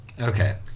Okay